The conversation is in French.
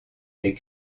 des